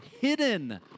hidden